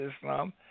Islam